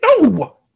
No